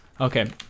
okay